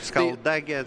skalda gi